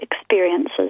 experiences